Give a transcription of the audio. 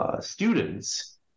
Students